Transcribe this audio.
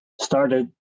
started